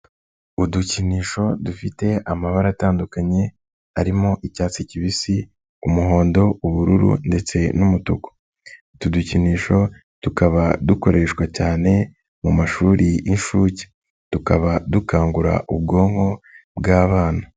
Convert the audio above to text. Udukinisho dufite amabara atandukanye arimo icyatsi kibisi, umuhondo, ubururu ndetse n'umutuku. Utu dukinisho tukaba dukoreshwa cyane mu mashuri y'inshuke, tukaba dukangura ubwonko bw'abana.